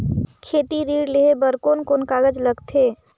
खेती ऋण लेहे बार कोन कोन कागज लगथे?